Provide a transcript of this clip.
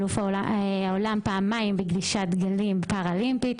אלוף העולם פעמיים בגלישת גלים פארלימפית,